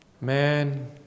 Man